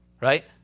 Right